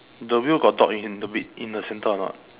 the wheel got dog in the wheat in the centre or not